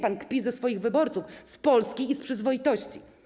Pan kpi ze swoich wyborców, z Polski i z przyzwoitości.